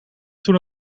toen